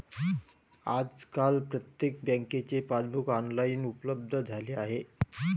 आजकाल प्रत्येक बँकेचे पासबुक ऑनलाइन उपलब्ध झाले आहे